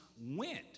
went